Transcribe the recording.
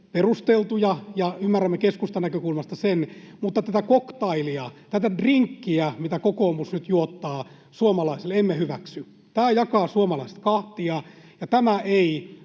perusteltuja, ja ymmärrämme keskustan näkökulmasta sen, mutta tätä koktailia, tätä drinkkiä, mitä kokoomus nyt juottaa suomalaisille, emme hyväksy. Tämä jakaa suomalaiset kahtia, ja